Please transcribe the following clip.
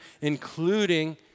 including